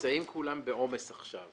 כי כולם נמצאים בעומס עכשיו.